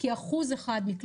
כולל